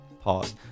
pause